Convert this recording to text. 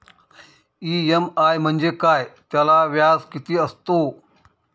EMI म्हणजे काय? त्याला व्याज किती असतो?